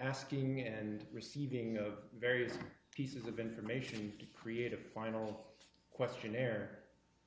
asking and receiving of very pieces of information to create a final question air